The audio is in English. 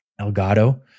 Elgato